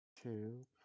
two